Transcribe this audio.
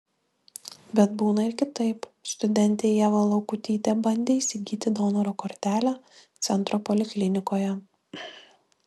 bet būna ir kitaip studentė ieva laukutytė bandė įsigyti donoro kortelę centro poliklinikoje